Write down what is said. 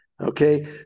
Okay